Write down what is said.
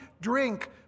drink